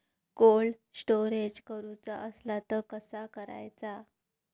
Cold storage करूचा असला तर कसा करायचा?